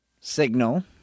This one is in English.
Signal